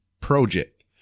project